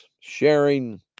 Sharing